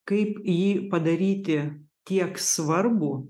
kaip jį padaryti tiek svarbų